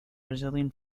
brazilian